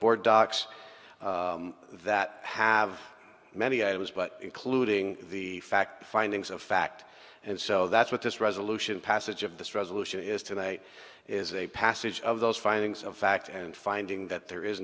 board docs that have many items but including the fact findings of fact and so that's what this resolution passage of this resolution is today is a passage of those findings of fact and finding that there is a